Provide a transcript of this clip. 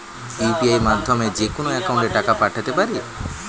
UPI মাধ্যমে যেকোনো একাউন্টে টাকা পাঠাতে পারি?